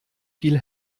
viel